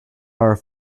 are